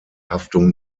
haftung